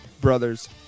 brother's